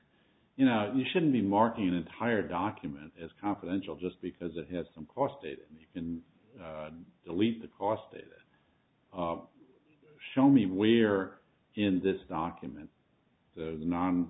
you know you shouldn't be marking entire document as confidential just because it has some cost it in the least the cost to show me where in that document the non